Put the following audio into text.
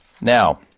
Now